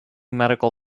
medical